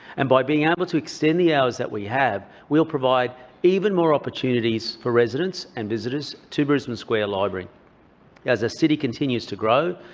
and by being able to extend the hours that we have, we'll provide even more opportunities for residents and visitors to brisbane square library as our city continues to grow,